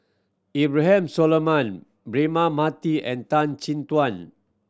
Abraham Solomon Braema Mathi and Tan Chin Tuan